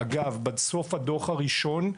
אגב, בסוף הדוח הראשון,